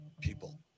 people